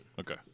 Okay